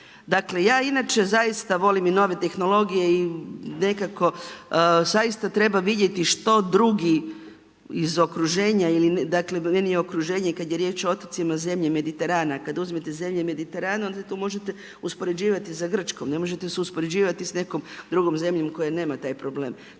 Ja inače zaista volim i nove tehnologije i nekako zaista treba vidjeti što drugi iz okruženja, dakle meni je okruženje kad je riječ o otocima zemlje Mediterana, kad uzmete zemlje Mediterana onda tu možete uspoređivati sa Grčkom, ne možete se uspoređivati s nekom drugom zemljom koja nema taj problem.